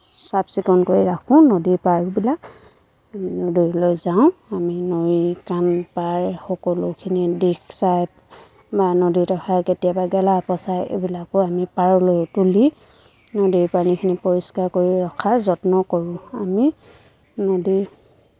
চাফ চিকুণ কৰি ৰাখোঁ নদীৰ পাৰবিলাক নদীলৈ যাওঁ আমি নৈ কাণ পাৰ সকলোখিনি দিশ চাই বা নদীত অহা কেতিয়াবা গেলা পচা এইবিলাকো আমি পাৰলৈ তুলি নদীৰ পানীখিনি পৰিষ্কাৰ কৰি ৰখাৰ যত্ন কৰোঁ আমি নদীৰ